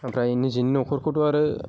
ओमफ्राय निजेनि न'खरखौथ' आरो